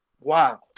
Wow